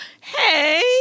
Hey